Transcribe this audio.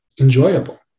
Enjoyable